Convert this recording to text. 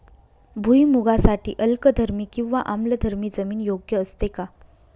भुईमूगासाठी अल्कधर्मी किंवा आम्लधर्मी जमीन योग्य असते का?